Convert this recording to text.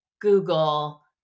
google